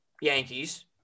Yankees